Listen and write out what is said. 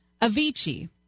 Avicii